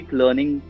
learning